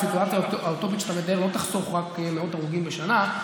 הסיטואציה האוטופית שאתה מתאר לא תחסוך רק מאות הרוגים בשנה,